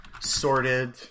Sorted